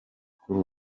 kuri